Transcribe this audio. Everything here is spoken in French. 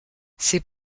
c’est